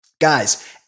guys